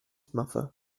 mother